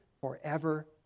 forever